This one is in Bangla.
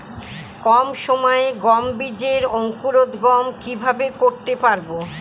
কম সময়ে গম বীজের অঙ্কুরোদগম কিভাবে করতে পারব?